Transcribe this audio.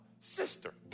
sister